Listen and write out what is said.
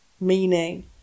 meaning